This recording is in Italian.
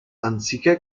anziché